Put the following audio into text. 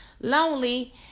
lonely